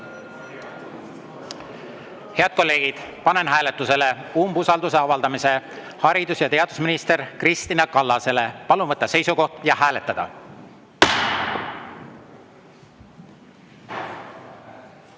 Head kolleegid, panen hääletusele umbusalduse avaldamise haridus‑ ja teadusminister Kristina Kallasele. Palun võtta seisukoht ja hääletada!